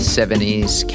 70s